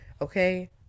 Okay